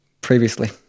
previously